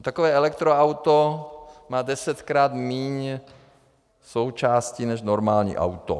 Takové elektroauto má desetkrát míň součástí než normální auto.